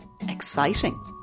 exciting